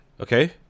okay